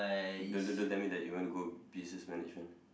don't don't don't tell me that you wanna go business managment